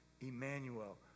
Emmanuel